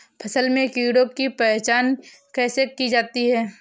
फसल में कीड़ों की पहचान कैसे की जाती है?